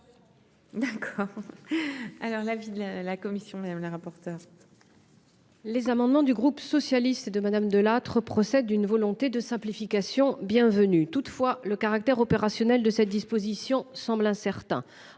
D'accord. Alors la ville. La commission, madame la rapporteure.